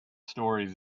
stories